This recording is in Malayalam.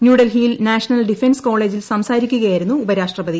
ന്യൂഡ്ൽഹിയിൽ നാഷണൽ ഡിഫൻസ് കോളേജിൽ സംസാരിക്കുകയായിരുന്നു ഉപരാഷ്ട്രപതി